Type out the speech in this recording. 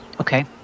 Okay